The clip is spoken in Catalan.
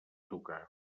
tocar